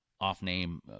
Off-name